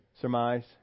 surmise